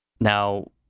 Now